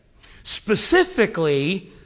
specifically